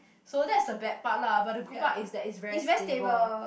so that is the bad part lah but the good part that it's very stable